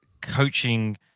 coaching